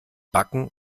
backen